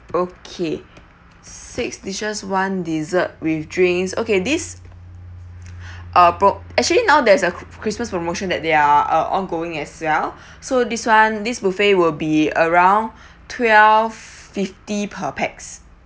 okay six dishes one dessert with drink okay this uh pro~ actually now there's a christmas promotion that they are uh ongoing as well so this [one] this buffet will be around twelve fifty per pax